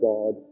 God